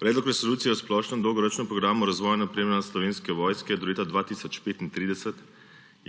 Predlog resolucije o splošnem dolgoročnem programu razvoja in opremljenost Slovenske vojske do leta 2035